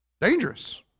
Dangerous